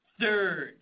Third